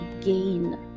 gain